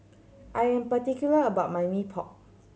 I am particular about my Mee Pok